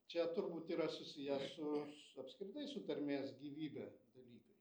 čia turbūt yra susiję su s apskritai su tarmės gyvybe dalykai